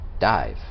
dive